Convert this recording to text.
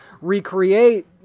recreate